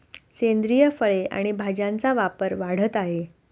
सेंद्रिय फळे आणि भाज्यांचा व्यापार वाढत आहे